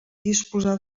disposar